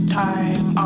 time